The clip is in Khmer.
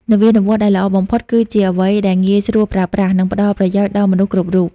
នវានុវត្តន៍ដែលល្អបំផុតគឺជាអ្វីដែលងាយស្រួលប្រើប្រាស់ និងផ្ដល់ប្រយោជន៍ដល់មនុស្សគ្រប់រូប។